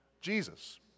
Jesus